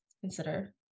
consider